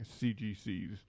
CGC's